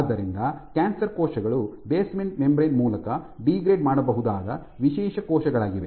ಆದ್ದರಿಂದ ಕ್ಯಾನ್ಸರ್ ಕೋಶಗಳು basement membrane ಮೂಲಕ ಡಿಗ್ರೇಡ್ ಮಾಡಬಹುದಾದ ವಿಶೇಷ ಕೋಶಗಳಾಗಿವೆ